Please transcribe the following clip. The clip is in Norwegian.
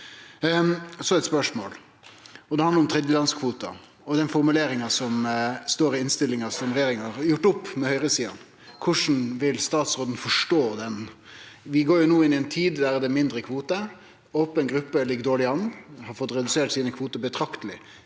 eit spørsmål som handlar om tredjelandskvota og den formuleringa som står i innstillinga, der regjeringa har gjort opp med høgresida. Korleis vil statsråden forstå den? Vi går inn i ei tid der det er mindre kvoter. Open gruppe ligg dårleg an. Dei har fått redusert sine kvoter betrakteleg.